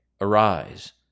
Arise